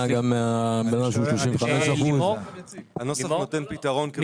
גם מבן אדם שהוא 35%. הנוסח נותן פתרון,